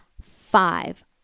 five